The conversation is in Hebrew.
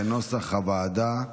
כנוסח הוועדה.